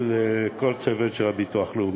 כמו כן, לכל הצוות של הביטוח הלאומי.